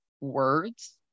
words